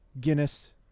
Guinness